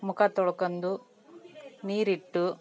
ಮುಖ ತೋಳ್ಕಂಡು ನೀರಿಟ್ಟು